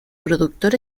productor